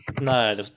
No